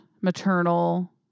Maternal